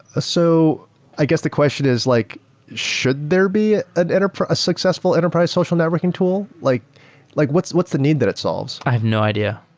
ah so i guess the question is like should there be a successful enterprise social networking tool? like like what's what's the need that it solves? i have no idea.